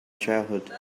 childhood